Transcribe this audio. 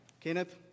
Kenneth